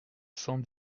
cent